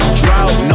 drought